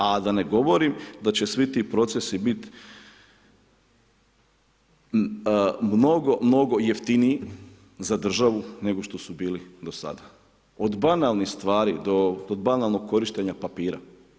A da ne govorim, da će svi ti procesi biti mnogo jeftiniji za državu, nego što su bili do sada, od banalnih stvari, do banalnog korištenja papira.